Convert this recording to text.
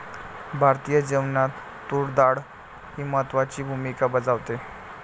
भारतीय जेवणात तूर डाळ ही महत्त्वाची भूमिका बजावते